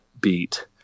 beat